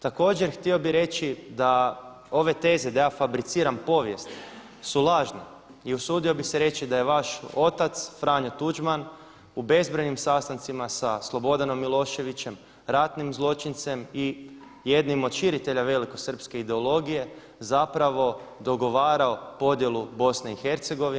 Također htio bih reći da ove teze da fabriciram povijest su lažne i usudio bih se reći da je vaš otac Franjo Tuđman u bezbrojnim sastancima sa Slobodanom Miloševićem, ratnim zločincem i jednim od širitelja velikosrpske ideologije zapravo dogovarao podjelu Bosne i Hercegovine.